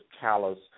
callous